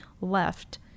left